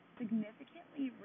significantly